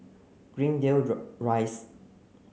Greendale Rise